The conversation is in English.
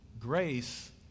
Grace